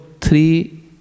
three